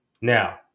Now